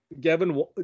Gavin